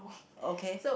okay